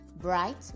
bright